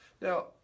Now